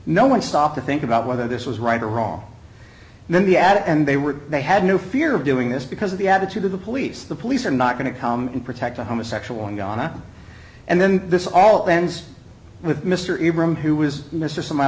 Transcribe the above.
no one stop to think about whether this was right or wrong and then he added and they were they had no fear of doing this because of the attitude of the police the police are not going to come and protect a homosexual in guyana and then this all ends with mr abrams who was mr s